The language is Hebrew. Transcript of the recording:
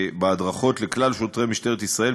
בהדרכות לכלל שוטרי משטרת ישראל,